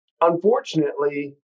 unfortunately